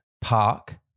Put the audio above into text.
park